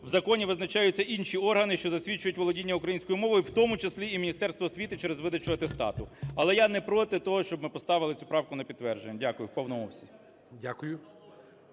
в законі визначаються інші органи, що засвідчують володіння українською мовою, в тому числі і Міністерство освіти через видачу атестату. Але я не проти того, щоб ми поставили цю правку на підтвердження в повному обсязі.